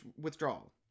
withdrawal